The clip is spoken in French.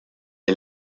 est